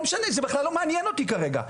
לא משנה, זה בכלל לא מעניין אותי כרגע.